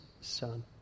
son